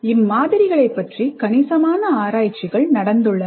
இம்மாதிரிகளைப்பற்றி கணிசமான ஆராய்ச்சிகள் நடந்துள்ளன